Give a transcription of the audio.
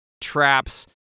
traps